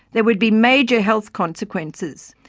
there would be major health consequences,